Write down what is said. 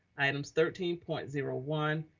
items thirteen point zero one.